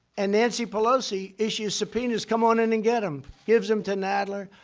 and nancy pelosi issues subpoenas come on in and get them. gives them to nadler.